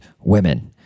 women